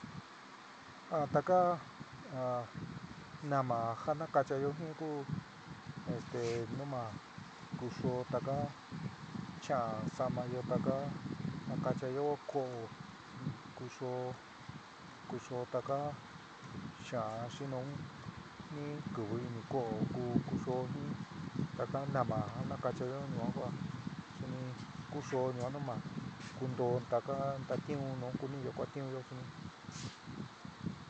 Ja taká nama ja nakachayó jin ku este numa kushó taká cha'an sa'amayo taká nakachayó ko'o kushó kushó taká xa'an xi nu ni kɨvɨ ini ko'o ku kushó jiin taka nama ja nakachayó yuan kua suni kushó yuan nama kuuntó taka ntatiún nu kuniyó kuatiunyó suni.